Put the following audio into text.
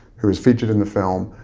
who is featured in the film,